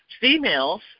Females